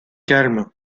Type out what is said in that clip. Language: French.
calme